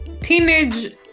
Teenage